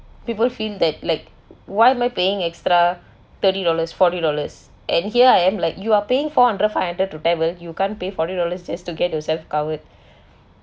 people feel that like why am I paying extra thirty dollars forty dollars and here I am like you are paying four hundred five hundred to travel you can't pay forty dollars just to get yourself covered